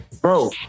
Bro